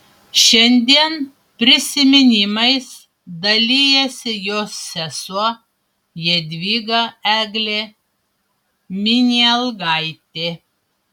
šiandien prisiminimais dalijasi jos sesuo jadvyga eglė minialgaitė